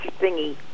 thingy